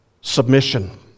submission